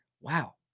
Wow